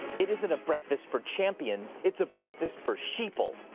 it isn't a breakfast for champions. it's a breakfast for sheeple.